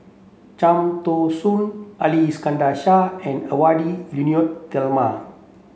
Cham Tao Soon Ali Iskandar Shah and Edwy Lyonet Talma